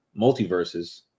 multiverses